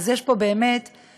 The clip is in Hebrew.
אז יש פה באמת מצוקה,